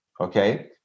Okay